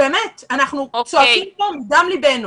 באמת אנחנו צועקים פה מדם ליבנו.